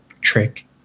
Trick